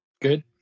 Good